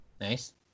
Nice